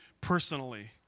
personally